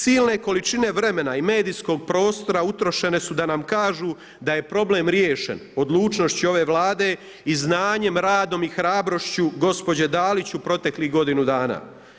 Silne količine vremena i medijskog prostora utrošene su da nam kažu da je problem riješen odlučnošću ove Vlade i znanjem, radom i hrabrošću gospođe Dalić u proteklih godinu dana.